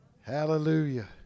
Hallelujah